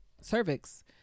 cervix